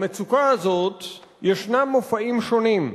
למצוקה הזאת יש מופעים שונים: